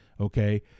okay